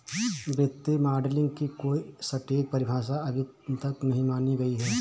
वित्तीय मॉडलिंग की कोई सटीक परिभाषा अभी तक नहीं मानी गयी है